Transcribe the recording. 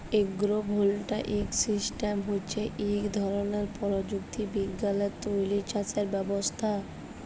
agro voltaic system হছে ইক ধরলের পরযুক্তি বিজ্ঞালে তৈরি চাষের ব্যবস্থা